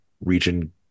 Region